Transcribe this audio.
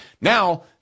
Now